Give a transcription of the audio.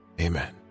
amen